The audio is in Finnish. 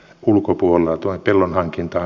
ulkopuolelta kellon hankintaan